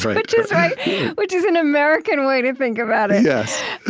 which is which is an american way to think about it yes.